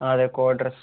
ആ അതെ code dress